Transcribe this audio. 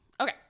Okay